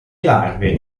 larve